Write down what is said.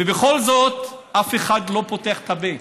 בכל זאת, אף אחד לא פותח את הפה.